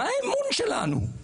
מה האמון שלנו?